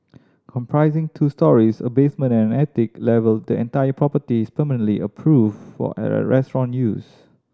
comprising two storeys a basement and an attic level the entire property is permanently approved for restaurant use